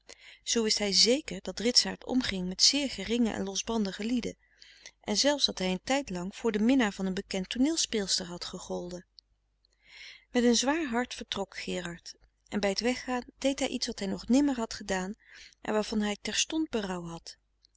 zoo wist hij zeker dat ritsaart omging met zeer geringe en losbandige lieden en zelfs dat hij een tijd lang voor den minnaar van een bekend tooneelspeelster had gegolden met een zwaar hart vertrok gerard en bij t weggaan deed hij iets wat hij nog nimmer had gedaan en waarvan hij terstond berouw had